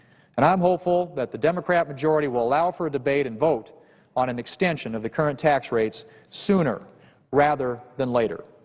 and i'm hopeful that the democrat majority will allow for a debate and vote on an extension of the current tax rates sooner rather than later.